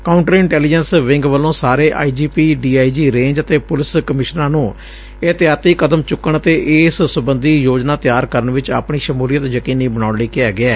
counter intelligence wing ਵੱਲੋਂ ਸਾਰੇ I G P D I G range ਅਤੇ police ਕਮਿਸ਼ਨਰਾਂ ਨੂੰ ਇਹ ਤਿਆਹੀ ਕਦਮ ਚੁੱਕਣ ਅਤੇ ਇਸ ਸਬੰਧੀ ਯੋਜਨਾ ਤਿਆਰ ਕਰਨ ਵਿਚ ਆਪਣੀ ਸ਼ਮੂਲੀਅਤ ਯਕੀਨੀ ਬਣਾਉਣ ਲਈ ਕਿਹਾ ਗਿਐ